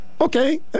Okay